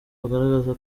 bagaragaza